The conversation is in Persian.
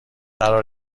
قرار